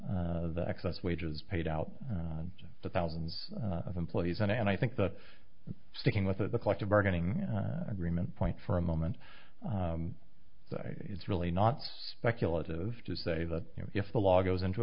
the excess wages paid out but thousands of employees and i think the sticking with a collective bargaining agreement point for a moment it's really not speculative to say that you know if the law goes into